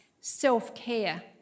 self-care